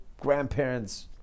grandparents